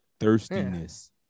thirstiness